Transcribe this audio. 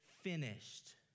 finished